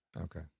Okay